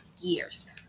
years